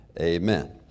Amen